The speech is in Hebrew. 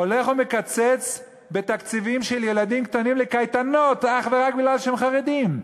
הולך ומקצץ בתקציבים של ילדים קטנים לקייטנות אך ורק בגלל שהם חרדים,